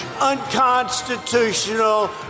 Unconstitutional